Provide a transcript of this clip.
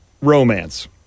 romance